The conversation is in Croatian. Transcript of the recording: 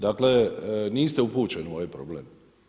Dakle, niste upućeni u ovaj problem.